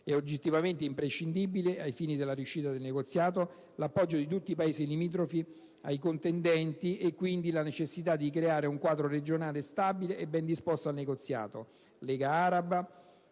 È oggettivamente imprescindibile, ai fini della riuscita del negoziato, l'appoggio di tutti i Paesi limitrofi ai contendenti e, quindi, la necessità di creare un quadro regionale stabile e ben disposto al negoziato.